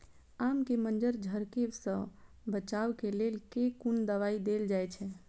आम केँ मंजर झरके सऽ बचाब केँ लेल केँ कुन दवाई देल जाएँ छैय?